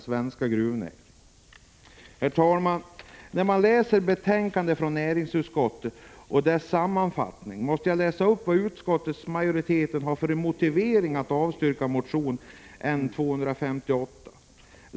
Herr talman! Jag vill läsa upp utskottsmajoritetens motivering för avstyrkandet av motionen N258.